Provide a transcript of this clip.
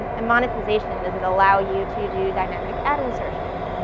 and monetization, does it allow you to do dynamic ad insertion,